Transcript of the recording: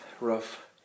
rough